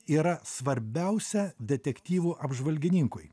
yra svarbiausia detektyvų apžvalgininkui